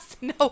No